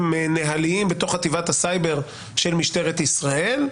נוהליים בחטיבת הסייבר של משטרת ישראל.